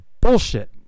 bullshit